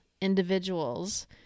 individuals